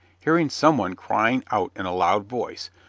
hearing some one crying out in a loud voice,